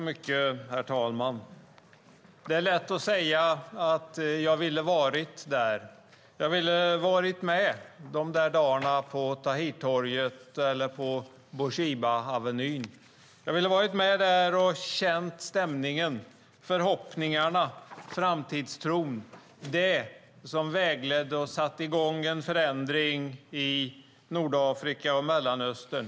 Herr talman! Det är lätt att säga att jag skulle ha velat vara där. Jag skulle ha velat vara med de där dagarna på Tahrirtorget eller på Bourguibaavenyn. Jag skulle ha velat vara med där och känt stämningen, förhoppningarna och framtidstron - det som vägledde och satte i gång en förändring i Nordafrika och i Mellanöstern.